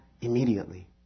immediately